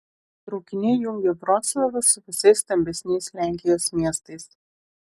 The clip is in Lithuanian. traukiniai jungia vroclavą su visais stambesniais lenkijos miestais